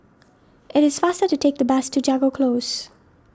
it is faster to take the bus to Jago Close